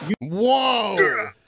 Whoa